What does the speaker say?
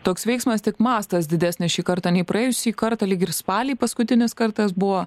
toks veiksmas tik mastas didesnis šį kartą nei praėjusį kartą lyg ir spalį paskutinis kartas buvo